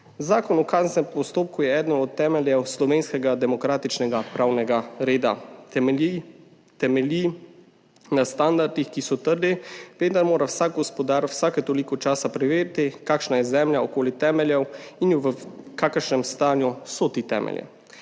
Zakon o kazenskem postopku je eden od temeljev slovenskega demokratičnega pravnega reda. Temelji na standardih, ki so trdni, vendar mora vsak gospodar vsake toliko časa preveriti, kakšna je zemlja okoli temeljev in v kakšnem stanju so ti temelji.